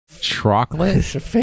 Chocolate